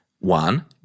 one